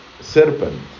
serpent